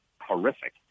horrific